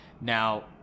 Now